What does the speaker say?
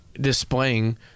displaying